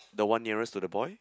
the one nearest to the boy